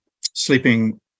sleeping